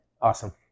Awesome